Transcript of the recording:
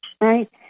right